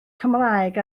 cymraeg